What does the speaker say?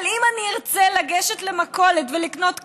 אבל אם אני ארצה לגשת למכולת ולקנות קמח,